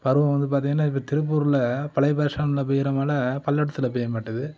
பருவம் வந்து பார்த்திங்கன்னா இப்போ திருப்பூரில் பழைய பஸ் ஸ்டாண்ட்டில் பெய்கிற மழை பள்ளடத்தில் பெய்ய மாட்டுகிது